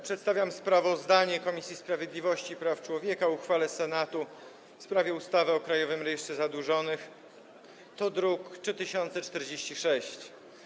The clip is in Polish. Przedstawiam sprawozdanie Komisji Sprawiedliwości i Praw Człowieka o uchwale Senatu w sprawie ustawy o Krajowym Rejestrze Zadłużonych, druk nr 3046.